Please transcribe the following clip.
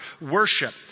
worship